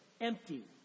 empty